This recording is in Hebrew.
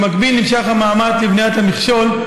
במקביל נמשך המאמץ לבניית המכשול,